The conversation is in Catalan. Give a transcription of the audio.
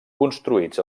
construïts